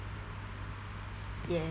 yes